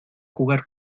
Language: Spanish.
jugar